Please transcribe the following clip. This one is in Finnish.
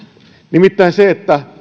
nimittäin se että